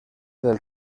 del